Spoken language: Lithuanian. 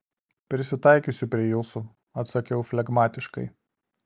prisitaikysiu prie jūsų atsakiau flegmatiškai